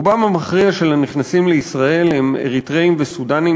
רובם המכריע של הנכנסים לישראל הם אריתריאים וסודאנים